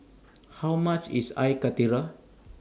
How much IS Air Karthira